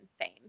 fame